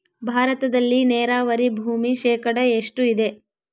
ಭಾರತದಲ್ಲಿ ನೇರಾವರಿ ಭೂಮಿ ಶೇಕಡ ಎಷ್ಟು ಇದೆ?